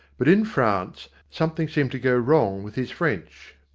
but in france something seemed to go wrong with his french.